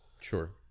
Sure